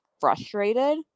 frustrated